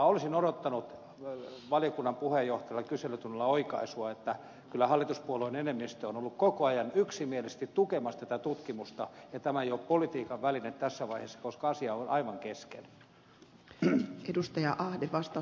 olisin odottanut valiokunnan puheenjohtajalta kyselytunnilla oikaisua että kyllä hallituspuolueen enemmistö on ollut koko ajan yksimielisesti tukemassa tätä tutkimusta ja tämä ei ole politiikan väline tässä vaiheessa koska asia on aivan kesken